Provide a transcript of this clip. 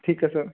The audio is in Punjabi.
ਠੀਕ ਹੈ ਸਰ